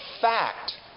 fact